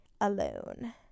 alone